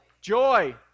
Joy